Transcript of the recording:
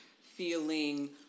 feeling